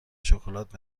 شکلات